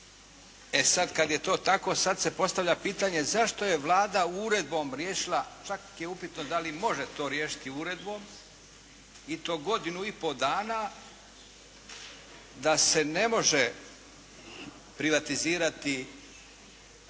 E sad kad je to tako sad se postavlja pitanje zašto je Vlada uredbom riješila, čak je upitno da li može to riješiti uredbom i to godinu i pol dana da se ne može privatizirati